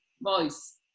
voice